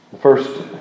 first